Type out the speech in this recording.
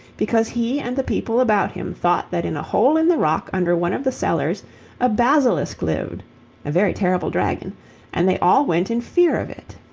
because he and the people about him thought that in a hole in the rock under one of the cellars a basilisk lived a very terrible dragon and they all went in fear of it.